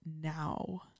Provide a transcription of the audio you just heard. now